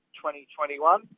2021